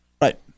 Right